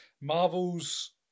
Marvel's